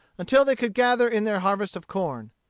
until they could gather in their harvest of corn.